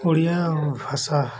ଓଡ଼ିଆ ଭାଷା